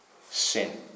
Sin